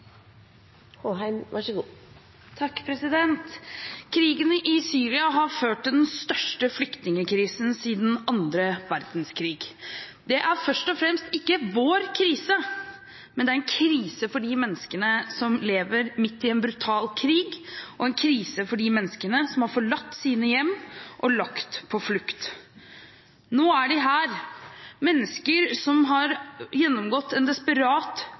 fremst ikke vår krise, men det er en krise for de menneskene som lever midt i en brutal krig, og en krise for de menneskene som har forlatt sine hjem og lagt ut på flukt. Nå er de her – mennesker som har gjennomgått en desperat